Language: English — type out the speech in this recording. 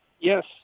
Yes